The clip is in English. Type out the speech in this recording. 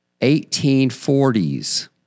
1840s